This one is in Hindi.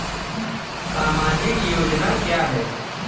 सामाजिक योजना क्या है?